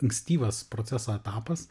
ankstyvas proceso etapas